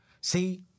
See